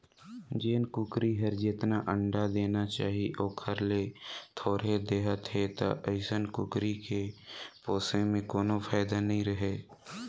जेन कुकरी हर जेतना अंडा देना चाही ओखर ले थोरहें देहत हे त अइसन कुकरी के पोसे में कोनो फायदा नई हे